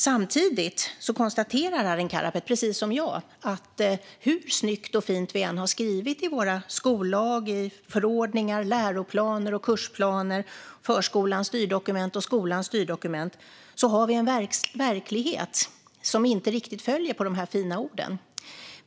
Samtidigt konstaterar han, precis som jag, att hur snyggt och fint vi än har uttryckt oss i skollag, förordningar, läroplaner, kursplaner, förskolans styrdokument och skolans styrdokument har vi en verklighet som inte riktigt följer på de fina orden.